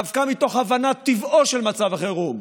דווקא מתוך הבנת טבעו של מצב החירום,